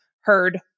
heard